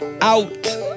out